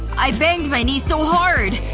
i banged my knee so hard